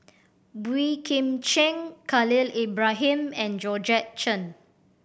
Boey Kim Cheng Khalil Ibrahim and Georgette Chen